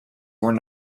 were